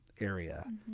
area